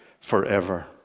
forever